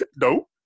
No